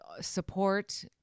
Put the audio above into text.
support